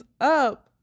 up